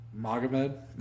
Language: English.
Magomed